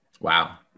Wow